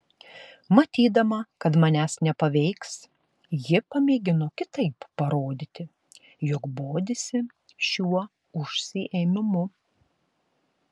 matydama kad manęs nepaveiks ji pamėgino kitaip parodyti jog bodisi šiuo užsiėmimu